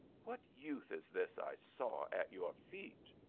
what youth is this i saw at your feet?